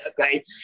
okay